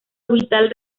orbital